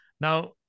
now